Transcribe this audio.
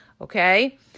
Okay